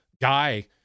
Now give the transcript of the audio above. guy